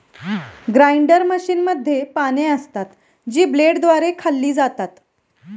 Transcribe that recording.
grinder मशीनमध्ये पाने असतात, जी ब्लेडद्वारे खाल्ली जातात